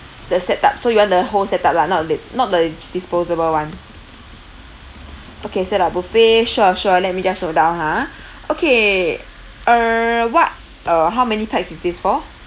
the set up so you want the whole set up lah not lit~ not the disposable [one] okay set up buffet sure sure let me just note down ha okay uh what uh how many pax is this for